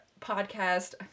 podcast